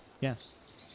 Yes